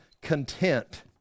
content